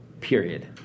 period